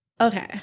Okay